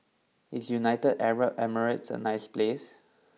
is United Arab Emirates a nice place